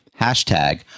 Hashtag